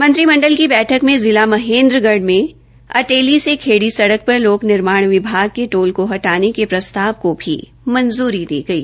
मंत्रिमंडल की बैठक में जिला महेन्द्रगढ़ में अटेली से खेड़ी सड़क पर लोक निर्माण विभाग के टोल को हटाने के प्रस्ताव को भी मंजूरी दी गई